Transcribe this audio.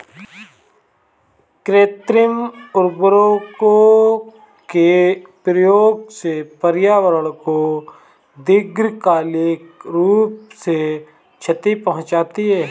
कृत्रिम उर्वरकों के प्रयोग से पर्यावरण को दीर्घकालिक रूप से क्षति पहुंचती है